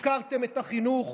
הפקרתם את החינוך,